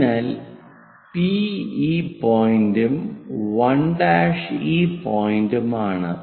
അതിനാൽ പി ഈ പോയിന്റും 1' ഈ പോയിന്റുമാണ്